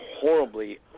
horribly